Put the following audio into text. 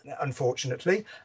unfortunately